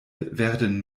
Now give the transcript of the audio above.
werden